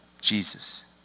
Jesus